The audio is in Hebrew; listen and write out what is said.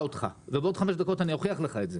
אותך ובעוד חמש דקות אוכיח לך את זה.